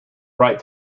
right